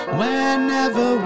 whenever